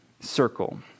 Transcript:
circle